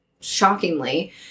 shockingly